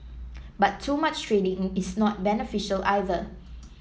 but too much training is not beneficial either